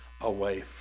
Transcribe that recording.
away